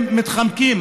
הם מתחמקים,